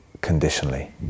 conditionally